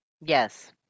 Yes